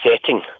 setting